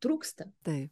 trūksta tai